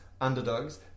underdogs